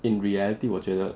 in reality 我觉得